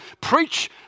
preach